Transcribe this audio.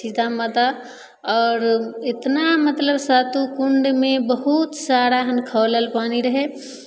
सीता माता आओर एतना मतलब सातो कुण्डमे बहुत सारा एहन खौलल पानी रहै